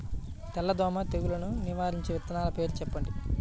తెల్లదోమ తెగులును నివారించే విత్తనాల పేర్లు చెప్పండి?